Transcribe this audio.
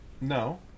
No